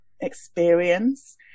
experience